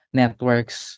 networks